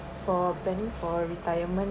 for planning for retirement